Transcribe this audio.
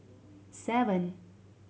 seven